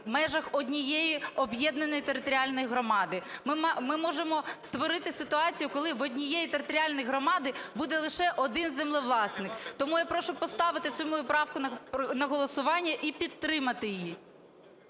в межах однієї об'єднаної територіальної громади. Ми можемо створити ситуацію, коли в одній територіальній громаді буде лише один землевласник. Тому я прошу поставити цю мою правку на голосування і підтримати її.